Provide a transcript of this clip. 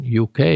UK